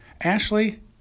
Ashley